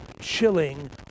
chilling